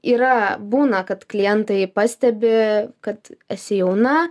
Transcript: yra būna kad klientai pastebi kad esi jauna